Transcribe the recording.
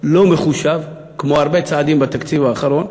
לא מחושב, כמו הרבה צעדים בתקציב האחרון,